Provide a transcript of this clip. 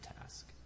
task